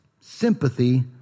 sympathy